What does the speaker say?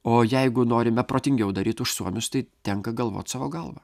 o jeigu norime protingiau daryt už suomius tai tenka galvot savo galva